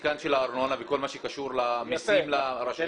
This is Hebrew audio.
של הארנונה וכל מה שקשור למיסים לרשויות.